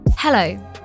Hello